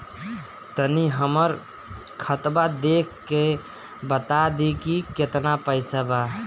तनी हमर खतबा देख के बता दी की केतना पैसा बा?